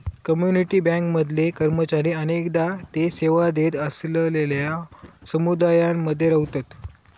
community bank मधले कर्मचारी अनेकदा ते सेवा देत असलेलल्यो समुदायांमध्ये रव्हतत